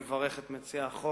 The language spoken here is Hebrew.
אני מברך את מציע החוק,